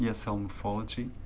yeah cell morphology,